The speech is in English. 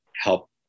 help